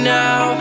now